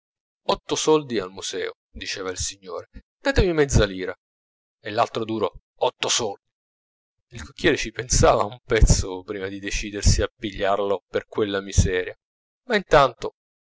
otto soldi al museo diceva il signore datemi mezza lira e l'altro duro otto soldi il cocchiere ci pensava un pezzo prima di decidersi a pigliarlo per quella miseria ma intanto